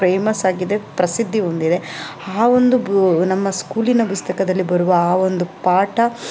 ಪ್ರೇಮಸ್ ಆಗಿದೆ ಪ್ರಸಿದ್ಧಿ ಹೊಂದಿದೆ ಆ ಒಂದು ಬು ನಮ್ಮ ಸ್ಕೂಲಿನ ಪುಸ್ತಕದಲ್ಲಿ ಬರುವ ಆ ಒಂದು ಪಾಠ